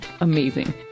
amazing